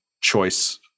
choice